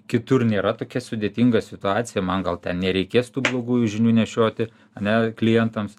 kitur nėra tokia sudėtinga situacija man gal ten nereikės tų blogųjų žinių nešioti ane klientams